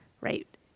Right